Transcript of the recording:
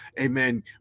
Amen